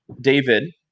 David